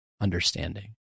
understanding